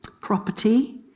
property